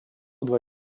два